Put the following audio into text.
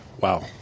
wow